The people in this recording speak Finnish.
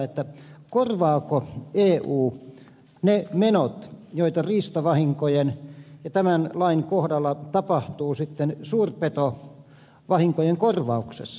korvaako eu ne menot joita riistavahinkojen ja tämän lain kohdalla tapahtuu sitten suurpetovahinkojen korvauksessa